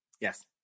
yes